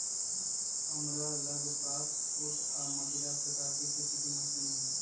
हमरा लग पास छोट आऽ मझिला प्रकार के खेती के मशीन हई